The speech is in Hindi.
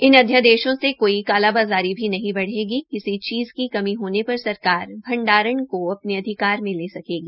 इन अध्यादेशों से कोई कालाबाजारी भी नहीं बढ़ेगी किसी चीज़ की कमी होने पर सरकार भंडारण को अपने अधिकार में ले सकेगी